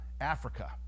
Africa